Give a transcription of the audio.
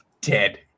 Dead